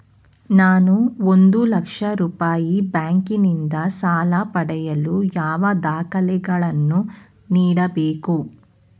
ನಾನು ಒಂದು ಲಕ್ಷ ರೂಪಾಯಿ ಬ್ಯಾಂಕಿನಿಂದ ಸಾಲ ಪಡೆಯಲು ಯಾವ ದಾಖಲೆಗಳನ್ನು ನೀಡಬೇಕು?